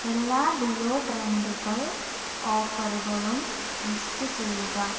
എല്ലാ ഡിയോഡ്രൻറ്റുകൾ ഓഫറുകളും ലിസ്റ്റ് ചെയ്യുക